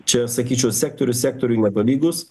čia sakyčiau sektorius sektoriui netolygus